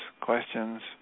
questions